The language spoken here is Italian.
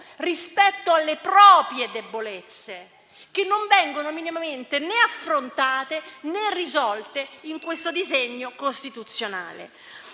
mentre le proprie debolezze che non vengono minimamente né affrontate, né risolte in questo disegno di legge costituzionale.